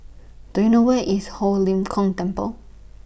Do YOU know Where IS Ho Lim Kong Temple